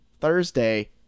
Thursday